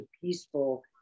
peaceful